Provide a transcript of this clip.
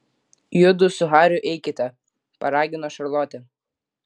judu su hariu eikite paragino šarlotė